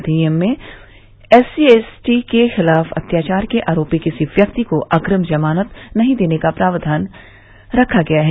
अधिनियम में एससीएसटी के खिलाफ अत्याचार के आरोपी किसी व्यक्ति को अग्रिम जमानत नहीं देने का प्राव्यान रखा गया है